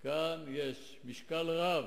יש כאן משקל רב,